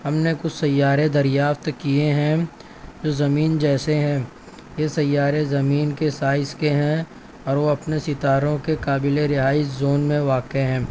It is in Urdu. ہم نے کچھ سیارے دریافت کئے ہیں جو زمین جیسے ہیں یہ سیارے زمین کے سائز کے ہیں اور وہ اپنے ستاروں کے قابل رہائش زون میں واقع ہیں